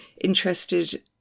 interested